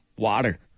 Water